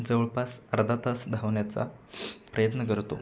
जवळपास अर्धा तास धावण्याचा प्रयत्न करतो